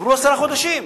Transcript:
עברו עשרה חודשים,